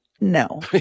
no